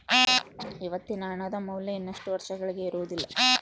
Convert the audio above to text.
ಇವತ್ತಿನ ಹಣದ ಮೌಲ್ಯ ಇನ್ನಷ್ಟು ವರ್ಷಗಳಿಗೆ ಇರುವುದಿಲ್ಲ